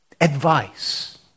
advice